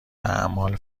اعمال